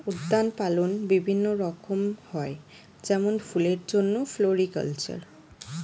উদ্যান পালন বিভিন্ন রকম হয় যেমন ফুলের জন্যে ফ্লোরিকালচার